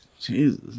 Jesus